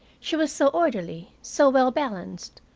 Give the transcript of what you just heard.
she was so orderly, so well balanced,